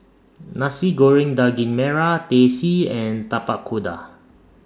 Nasi Goreng Daging Merah Teh C and Tapak Kuda